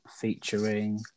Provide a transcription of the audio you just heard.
featuring